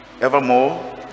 evermore